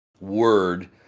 word